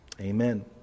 Amen